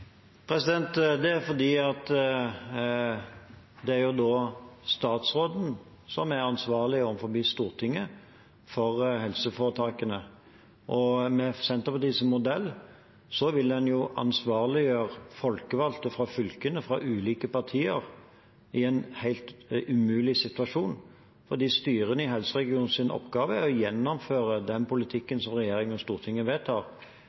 Det er fordi det da er statsråden som er ansvarlig overfor Stortinget for helseforetakene. Med Senterpartiets modell vil en jo ansvarliggjøre folkevalgte fra fylkene, fra ulike partier, i en helt umulig situasjon. For oppgaven til styrene i helseregionene er å gjennomføre den politikken som regjeringen og Stortinget vedtar,